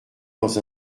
dans